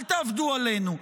אל תעבדו עלינו.